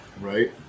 Right